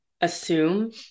assume